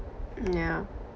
yeah